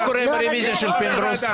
אנא, צאי,